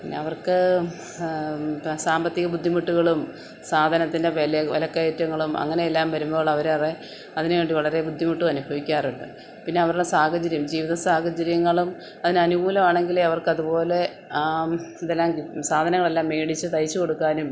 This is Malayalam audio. പിന്നെ അവർക്ക് സാമ്പത്തിക ബുദ്ധിമുട്ടുകളും സാധനത്തിൻ്റെ വില വിലക്കയറ്റങ്ങളും അങ്ങനെയെല്ലാം വരുമ്പോൾ അവര് അവരെ അതിനുവേണ്ടി വളരെ ബുദ്ധിമുട്ടും അനുഭവിക്കാറുണ്ട് പിന്നെ അവരുടെ സാഹചര്യം ജീവിത സാഹചര്യങ്ങളും അതിന് അനുകൂലമാണെങ്കിലെ അവർക്ക് അതുപോലെ ഇതെല്ലാം സാധനങ്ങളെല്ലാം മേടിച്ച് തയ്ച്ച് കൊടുക്കാനും